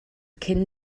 cyn